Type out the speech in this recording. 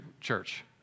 church